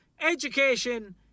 education